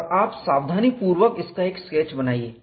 और आप सावधानीपूर्वक इसका एक स्केच बनाइए